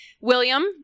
William